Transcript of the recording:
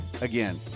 Again